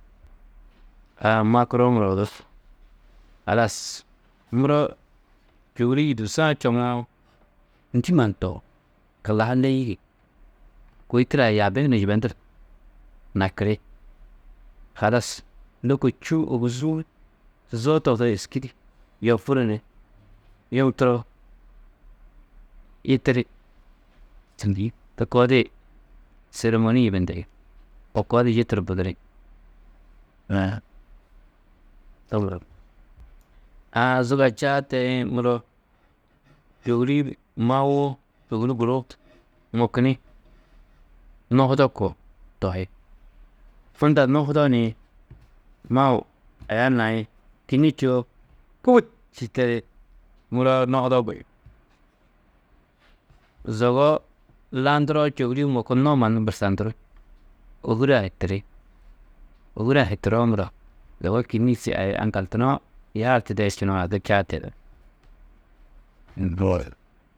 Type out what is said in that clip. aa makuroo muro, odu halas muro čôhuri-ĩ yûdugusu-ã čoŋã ndî mannu tohú. Kullaha lêige, kôi turoa yaabi hunu yibenduru nakiri. Halas lôko čû, ôguzuu, tuzoo tohudo êski di yopuru ni yum to yitiri. to koo di sêremoni yibendiri, to koo di yituru buduri. to muro, aa zuga čaa teĩ, muro čôhuri-ĩ mawo, čôhuri guru mokini, nohudo ko tohi. Unda nohudo niĩ mau aya naĩ, kînniĩ čûwo, pûbut či tedi, muro nohudo zogo landuroo, čôhuri-ĩ mokunoo mannu bursandurú, ôhure-ã hitiri. Ôhure-ã hituroo muro, zogo kînniĩ aŋgaltunoo, yaari tidee čunoo, haki čaa tedú.